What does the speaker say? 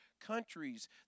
countries